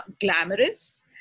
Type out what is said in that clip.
glamorous